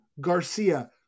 Garcia